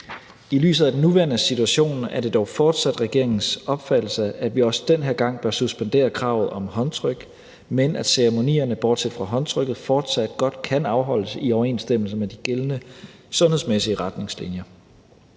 I lyset af den nuværende situation er det dog fortsat regeringens opfattelse, at vi også den her gang bør suspendere kravet om håndtryk, men at ceremonierne bortset fra håndtrykket fortsat godt kan afholdes i overensstemmelse med de gældende sundhedsmæssige retningslinjer.